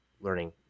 learning